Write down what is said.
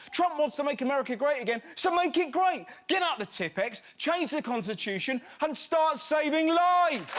trump wants to make america great again so make it great! get out the tipp-ex, change the constitution, and start saving lives!